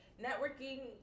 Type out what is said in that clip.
networking